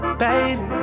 baby